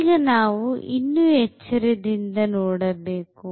ಈಗ ನಾವು ಇನ್ನು ಎಚ್ಚರದಿಂದ ನೋಡಬೇಕು